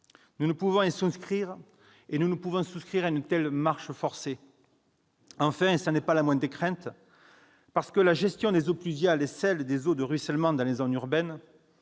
Nous ne pouvons pas nous résoudre à suivre une telle marche forcée. Enfin, et cela n'est pas la moindre des craintes, parce que la gestion des eaux pluviales et celle des eaux de ruissellement dans les zones urbaines